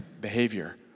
behavior